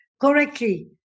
correctly